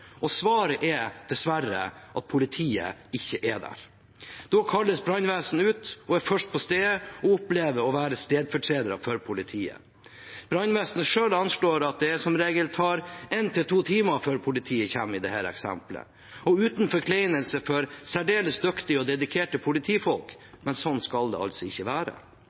Svaret er dessverre at politiet ikke er der. Da kalles brannvesenet ut, er først på stedet og opplever å være stedfortreder for politiet. Brannvesenet selv anslår at det som regel tar en til to timer før politiet kommer – i dette eksemplet. Uten forkleinelse for særdeles dyktige og dedikerte politifolk: Slik skal det ikke være.